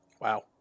Wow